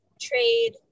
trade